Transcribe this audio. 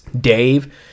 Dave